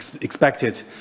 expected